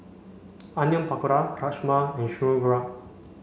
Onion Pakora Rajma and Sauerkraut